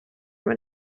run